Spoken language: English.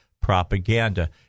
propaganda